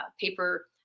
paper